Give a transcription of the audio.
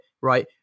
right